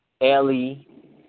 Ellie